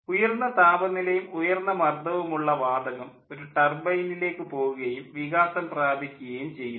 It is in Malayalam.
ഉയർന്ന താപനിലയും ഉയർന്ന മർദ്ദവുമുള്ള വാതകം ഒരു ടർബൈനിലേക്ക് പോകുകയും വികാസം പ്രാപിക്കുകയും ചെയ്യുന്നു